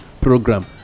program